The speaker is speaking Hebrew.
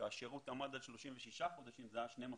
כאשר השירות עמד על 36 חודשים, זה היה 12 חודשים.